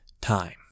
time